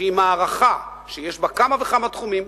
שהיא מערכה שיש בה כמה וכמה תחומים,